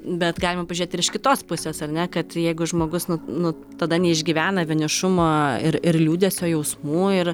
bet galima pažiūrėt ir iš kitos pusės ar ne kad jeigu žmogus nu nu tada neišgyvena vienišumo ir ir liūdesio jausmų ir